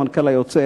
המנכ"ל היוצא,